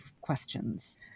questions